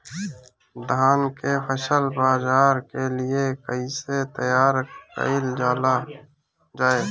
धान के फसल बाजार के लिए कईसे तैयार कइल जाए?